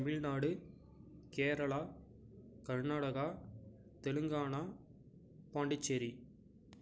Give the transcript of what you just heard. Tamil Nadu Kerala Karnataka Telangana Pondicherry